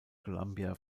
columbia